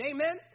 Amen